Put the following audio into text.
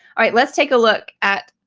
alright, let's take a look at